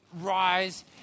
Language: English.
rise